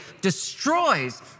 destroys